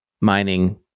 mining